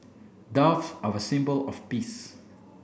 doves are a symbol of peace